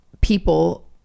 people